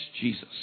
Jesus